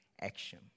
action